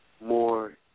more